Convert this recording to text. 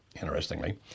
Interestingly